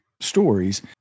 stories